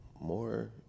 more